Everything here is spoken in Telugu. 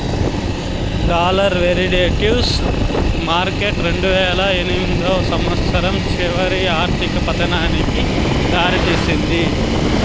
డాలర్ వెరీదేటివ్స్ మార్కెట్ రెండువేల ఎనిమిదో సంవచ్చరం చివరిలో ఆర్థిక పతనానికి దారి తీసింది